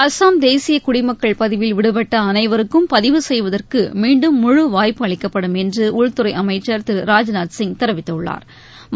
அஸ்ஸாம் தேசிய குடிமக்கள் பதிவில் விடுபட்ட அனைவருக்கும் பதிவு செய்வதற்கு மீண்டும் முழு வாய்ப்பு அளிக்கப்படும் என்று உள்துறை அமைச்சள் திரு ராஜ்நாத் சிங் தெரிவித்துள்ளாா்